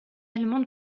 allemandes